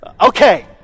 Okay